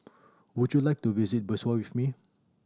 would you like to visit Bissau with me